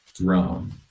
Rome